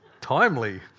timely